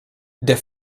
der